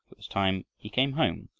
it was time he came home,